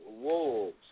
wolves